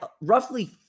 roughly